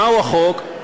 מהו החוק,